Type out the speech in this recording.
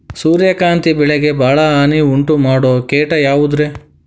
ಸೂರ್ಯಕಾಂತಿ ಬೆಳೆಗೆ ಭಾಳ ಹಾನಿ ಉಂಟು ಮಾಡೋ ಕೇಟ ಯಾವುದ್ರೇ?